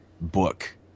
book